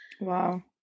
Wow